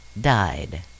died